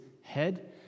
head